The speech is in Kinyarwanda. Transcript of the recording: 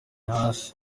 hasi